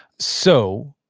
so,